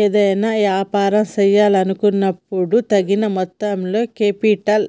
ఏదైనా యాపారం చేయాలనుకున్నపుడు తగిన మొత్తంలో కేపిటల్